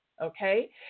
Okay